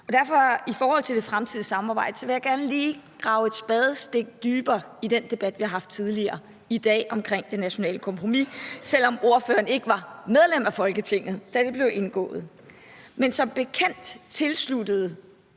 Derfor, i forhold til det fremtidige samarbejde, vil jeg gerne lige grave et spadestik dybere i den debat, vi har haft tidligere i dag, om det nationale kompromis, selv om ordføreren ikke var medlem af Folketinget, da det blev indgået. Men som bekendt tilsluttede